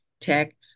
tech